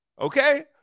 okay